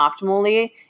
optimally